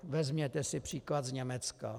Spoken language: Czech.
Vezměte si příklad z Německa.